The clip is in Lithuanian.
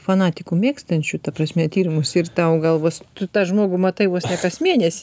fanatikų mėgstančių ta prasme tyrimus ir tau galvą suktų tą žmogų matai vos ne kas mėnesį